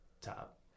top